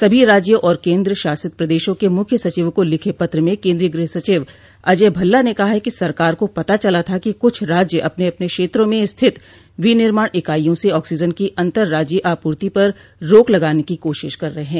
सभी राज्यों और केन्द्रशासित प्रदेशों के मुख्य सचिवों को लिखे पत्र में केंद्रीय गृह सचिव अजय भल्ला ने कहा है कि सरकार को पता चला था कि कुछ राज्य अपने अपने क्षेत्रों में स्थित विनिमाण इकाइयों से ऑक्सीजन की अंतर राज्यीय आपूर्ति पर रोक लगाने की कोशिश कर रहे हैं